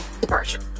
departure